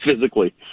physically